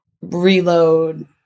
Reload